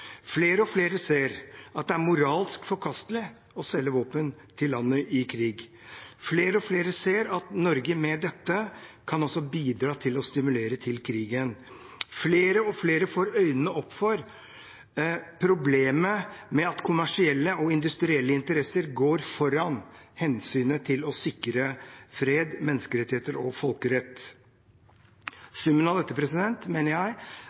Flere og flere ser at det er moralsk forkastelig å selge våpen til land i krig. Flere og flere ser at Norge med dette kan bidra til å stimulere til krigen. Flere og flere får øynene opp for problemet med at kommersielle og industrielle interesser går foran hensynet til å sikre fred, menneskerettigheter og folkerett. Summen av dette, mener jeg,